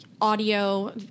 audio